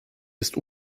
ist